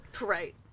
Right